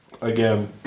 again